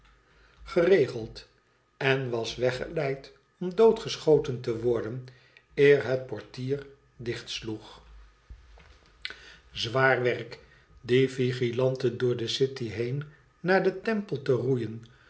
geregeld en was weggeleid om doodgeschoten te worden eer het portier dichtsloeg zwaar werk die rigilante door de city heen naar den temple te roeien